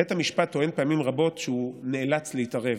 בית המשפט טוען פעמים רבות שהוא נאלץ להתערב,